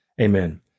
Amen